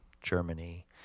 Germany